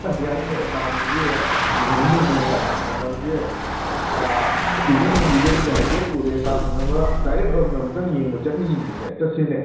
ꯌꯥꯏꯅꯦ ꯀꯥꯡꯗꯨꯗꯤ ꯑꯁ ꯌꯦꯡꯅꯤꯡꯉꯤꯕꯅꯤꯅꯦ ꯀꯥꯡ ꯁꯥꯟꯅꯕꯁꯦ ꯇꯤ ꯚꯤ ꯅꯨꯡꯕꯤꯗꯕꯨꯗꯤ ꯍꯥꯏꯐꯦꯠ ꯎꯔꯦ ꯀꯥꯡ ꯁꯥꯟꯅꯕ ꯗꯥꯏꯔꯦꯛ ꯑꯝꯇꯪ ꯌꯦꯡꯕ ꯆꯠꯅꯤꯡꯉꯤꯕꯅꯤꯅꯦ ꯆꯠꯁꯤꯅꯦ